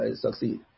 succeed